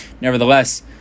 nevertheless